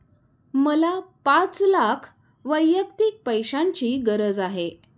मला पाच लाख वैयक्तिक पैशाची गरज आहे